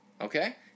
okay